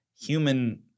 human